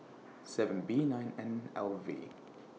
seven B nine N L V